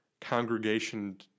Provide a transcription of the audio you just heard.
congregation